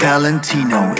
Valentino